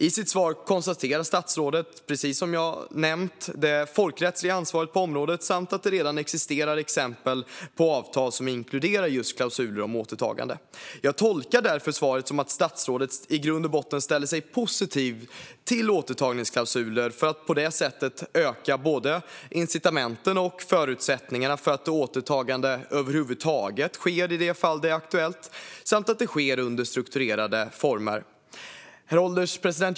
I sitt svar konstaterar statsrådet, precis som jag nämnt, att det finns ett folkrättsligt ansvar på området samt att det redan existerar exempel på avtal som inkluderar just klausuler om återtagande. Jag tolkar därför svaret som att statsrådet i grund och botten ställer sig positiv till återtagandeklausuler för att på det sättet öka både incitamenten och förutsättningarna för att återtagande över huvud taget sker i de fall där det är aktuellt samt att det sker under strukturerade former. Herr ålderspresident!